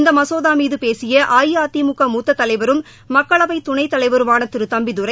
இந்த மசோதா மீது பேசிய அஇஅதிமுக மூத்த தலைவரும் மக்களவை துணைத்தலைவருமான திரு தம்பிதுரை